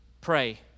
pray